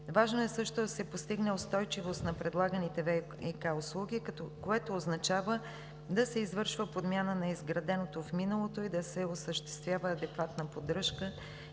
Важно е също да се постигне устойчивост на предлаганите ВиК услуги, което означава да се извършва подмяна на изграденото в миналото и да се осъществява адекватна поддръжка